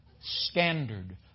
standard